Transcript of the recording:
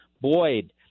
Boyd